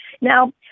Now